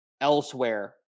elsewhere